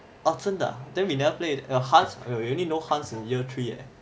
ah 真的 ah then we never played ah err haz you only know haz in year three eh